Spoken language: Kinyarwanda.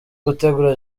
gutegura